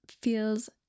feels